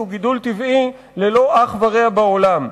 שהוא גידול טבעי ללא אח ורע בעולם.